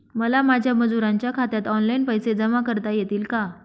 मला माझ्या मजुरांच्या खात्यात ऑनलाइन पैसे जमा करता येतील का?